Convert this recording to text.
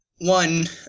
one